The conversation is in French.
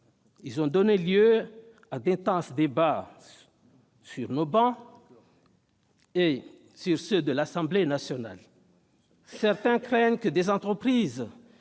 Ils ont donné lieu à d'intenses débats sur nos travées et sur les bancs de l'Assemblée nationale. Certains craignent que des entreprises